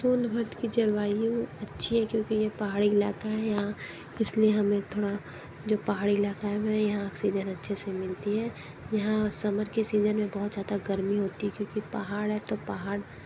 सोनभद्र की जलवायु अच्छी है क्योंकि यह पहाड़ी इलाका है यहाँ इसलिए हमें थोड़ा जो पहाड़ी इलाका है हमे यहाँ ऑक्सिजन अच्छे से मिलती है यहाँ समर के सीज़न में बहुत ज़्यादा गर्मी होती है क्योंकि पहाड़ है तो पहाड़